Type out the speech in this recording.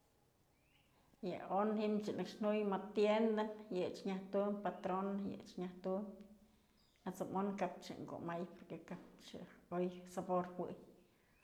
Yë on ji'im yë nëkx nuy më tienda yëch nyaj tum patrona yëch nyaj tum at'sëm on kap ëch yë kumay porque kap ëch yë sabor oy nëjuëy.